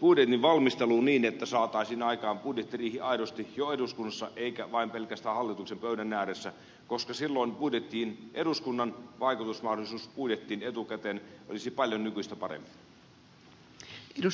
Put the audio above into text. budjetin valmisteluun niin että saataisiin aikaan budjettiriihi aidosti jo eduskunnassa eikä vain pelkästään hallituksen pöydän ääressä koska silloin eduskunnan vaikutusmahdollisuus budjettiin etukäteen olisi paljon nykyistä parempi